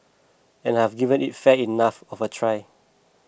and I've given it fair enough of a try